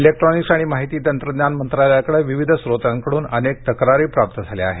electronics आणि माहिती तत्रज्ञान मंत्रालयाकडे विविध स्रोतांकडून अनेक तक्रारी प्राप्त झाल्या आहेत